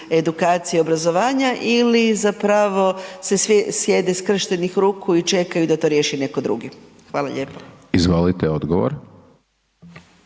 edukacije, obrazovanja ili zapravo se svi sjede skrštenih ruku i čekaju da to riješi netko drugi? Hvala lijepo. **Hajdaš